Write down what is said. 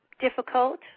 difficult